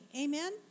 Amen